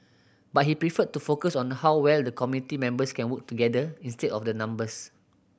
but he preferred to focus on how well the committee members can work together instead of the numbers